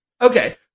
Okay